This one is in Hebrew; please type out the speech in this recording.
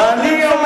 חבר הכנסת בן-ארי.